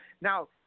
Now